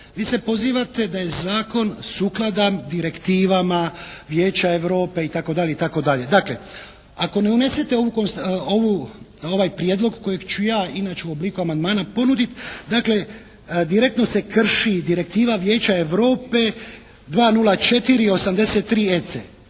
vi se pozivate da je zakon sukladan direktivama Vijeća Europe itd., itd. Dakle ako ne unesete ovaj prijedlog kojeg ću ja inače u obliku amandmana ponuditi, dakle direktno se krši Direktiva Vijeća Europe 200483EC,